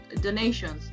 donations